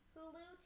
Hulu